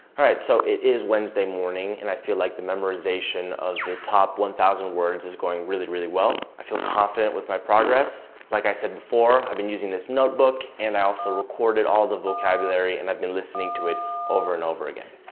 alright, so it is wednesday morning and i feel like the memorization of the top one thousand words is going really, really well! i feel confident with my progress, like i said before, i've been using this notebook and i also recorded all the vocabulary, and i've been listening to it over and over again.